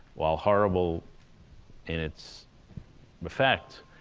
while horrible in its effect,